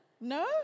No